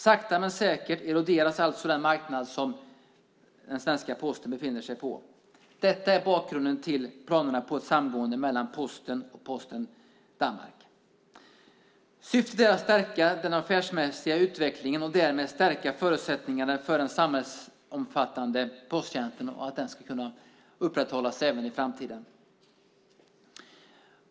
Sakta men säkert eroderas alltså den marknad som svenska Posten befinner sig på. Detta är bakgrunden till planerna på ett samgående mellan Posten och Post Danmark. Syftet är att stärka den affärsmässiga utvecklingen och därmed stärka förutsättningarna för den samhällsomfattande posttjänsten och att den ska kunna upprätthållas även i framtiden.